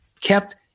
kept